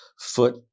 foot